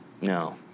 No